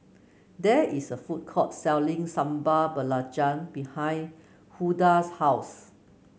there is a food court selling Sambal Belacan behind Hulda's house